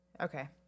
Okay